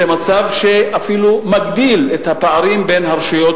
זה מצב שאפילו מגדיל את הפערים בין הרשויות